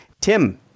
Tim